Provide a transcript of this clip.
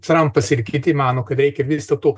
trampas ir kiti mano kad reikia vis dėl to